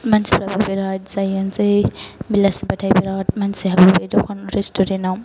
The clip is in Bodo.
मानसिफोराबो बिराद जाहैनोसै बेलासिबाथाय बिराद मानसि हाबो बे दखान रेस्टुरेन्ट आव